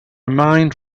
mind